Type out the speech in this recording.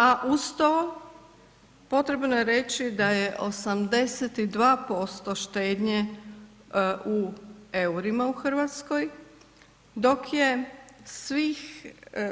A uz to potrebno je reći da je 82% štednje u eurima u Hrvatskoj dok je svih